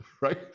right